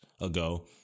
ago